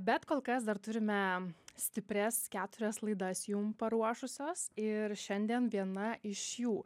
bet kol kas dar turime stiprias keturias laidas jum paruošusios ir šiandien viena iš jų